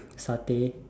satay